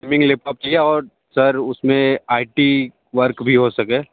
gaming laptop चहिए और sir उसमें आई टी वर्क भी हो सके